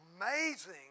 amazing